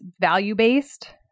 value-based